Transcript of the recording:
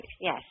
Yes